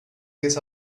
this